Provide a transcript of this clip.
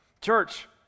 Church